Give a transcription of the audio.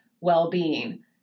well-being